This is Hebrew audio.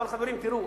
אבל, חברים, תראו.